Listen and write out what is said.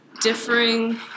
differing